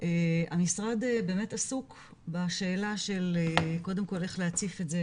המשרד באמת עסוק בשאלה של קודם כל איך להציף את זה